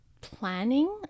planning